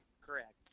Correct